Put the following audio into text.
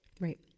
Right